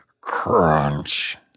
crunch